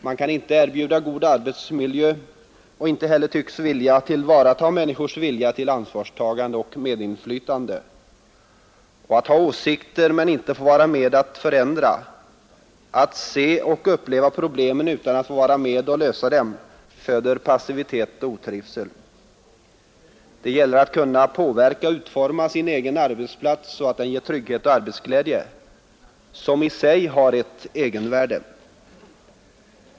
Man kan inte erbjuda en god arbetsmiljö och tycks inte heller söka tillvarata människors vilja till ansvarstagande och medinflytande. Att ha åsikter men inte få vara med att förändra, att se och uppleva problemen utan att få vara med och lösa dem föder passivitet och otrivsel. Det gäller att kunna påverka och utforma sin egen arbetsplats så att den ger trygghet och arbetsglädje — som i sig har ett egenvärde.